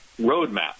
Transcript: roadmap